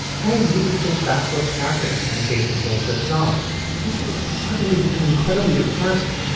i really think that's what's happening in the case of bull so jobs. people suddenly become incredibly depressed.